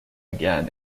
again